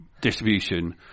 distribution